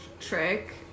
trick